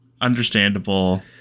understandable